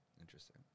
Interesting